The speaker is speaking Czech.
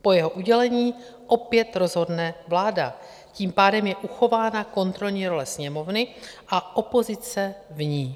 Po jeho udělení opět rozhodne vláda, tím pádem je uchována kontrolní role Sněmovny a opozice v ní.